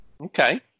Okay